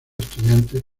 estudiantes